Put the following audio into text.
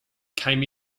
came